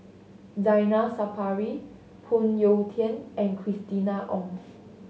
Zainal Sapari Phoon Yew Tien and Christina Ong